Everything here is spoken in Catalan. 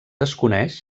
desconeix